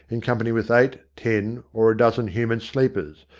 in company with eight, ten or a dozen human sleepers,